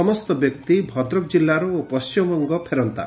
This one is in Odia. ସମସ୍ତ ବ୍ୟକ୍ତି ଭଦ୍ରକ ଜିଲ୍ଲାର ଓ ପଣ୍ଟିମବଙ୍ଗ ଫେରନ୍ତା